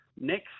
next